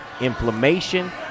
inflammation